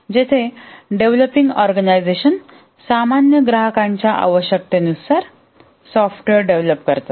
जिथे developing organisation सामान्य ग्राहकांच्या आवश्यकते नुसार सॉफ्टवेअर डेव्हलप करतात